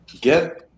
get